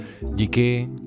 díky